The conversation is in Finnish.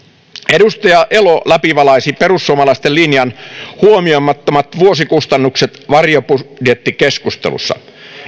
edustaja elo läpivalaisi perussuomalaisten linjan huomioimattomat vuosikustannukset varjobudjettikeskustelussa